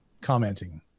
commenting